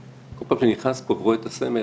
כל פעם שאני נכנס פה ורואה את הסמל,